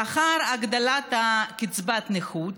לאחר הגדלת קצבת הנכות,